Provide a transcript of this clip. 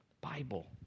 Bible